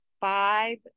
five